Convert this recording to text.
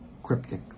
cryptic